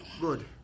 Good